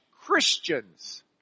Christians